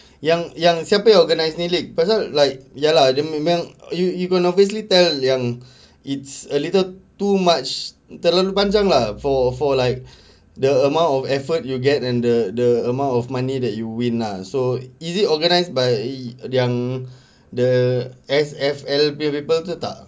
yang yang siapa yang organise ni league pasal like ya lah dia memang you you gonna obviously tell yang it's a little too much terlalu panjang lah for for like the amount of effort you get and the the amount of money that you win lah so is it organised by yang the S_F_L_B tu betul tak